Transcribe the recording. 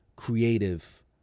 creative